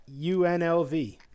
UNLV